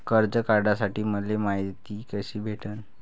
कर्ज काढासाठी मले मायती कशी भेटन?